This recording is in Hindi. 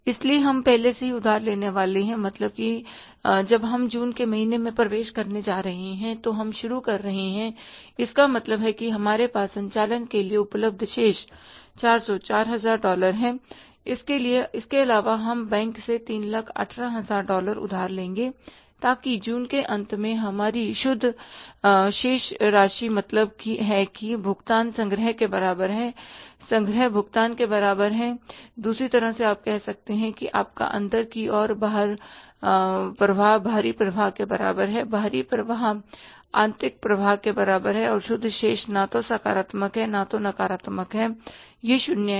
इसलिए हम पहले से ही उधार लेने वाले हैं मतलब की जब हम जून के महीने में प्रवेश करने जा रहे हैं हम शुरू कर रहे हैं इसका मतलब है कि हमारे पास संचालन के लिए उपलब्ध शेष 4000 डॉलर है और इसके अलावा हम बैंक से 318000 डॉलर उधार लेंगे ताकि जून के अंत में हमारी शुद्ध शेष राशि मतलब है कि भुगतान संग्रह के बराबर हैं संग्रह भुगतान के बराबर हैं दूसरी तरह से आप कह सकते हैं कि आपका अंदर की ओर प्रवाह बाहरी प्रवाह के बराबर है बाहरी प्रवाह आंतरिक प्रवाह के बराबर है और शुद्ध शेष न तो सकारात्मक है ना ही नकारात्मक है यह शून्य है